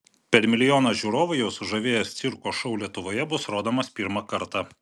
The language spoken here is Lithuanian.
per milijoną žiūrovų jau sužavėjęs cirko šou lietuvoje bus rodomas pirmą kartą